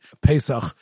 Pesach